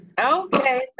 Okay